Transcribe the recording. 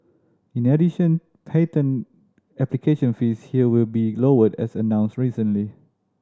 in addition patent application fees here will be lowered as announced recently